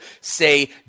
say